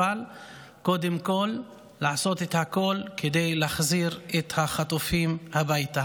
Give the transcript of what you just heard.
אבל קודם כול לעשות הכול כדי להחזיר את החטופים הביתה.